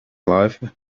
life